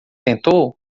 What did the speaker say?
tentou